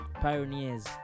pioneers